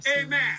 Amen